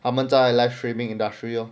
他们在 live streaming industry you